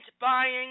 buying